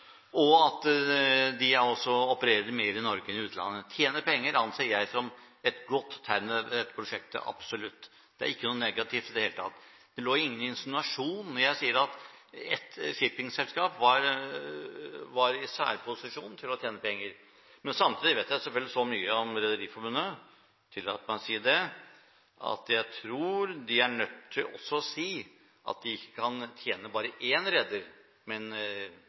og at de også opererer mer i Norge enn i utlandet. Det å tjene penger anser jeg som et godt tegn ved dette prosjektet, absolutt. Det er ikke noe negativt i det hele tatt. Det er ingen insinuasjon når jeg sier at ett shippingselskap var i særposisjon til å tjene penger. Samtidig vet jeg så mye om Rederiforbundet – jeg tillater meg å si det – at jeg tror de er nødt til å si at de ikke kan tjene bare én reder, men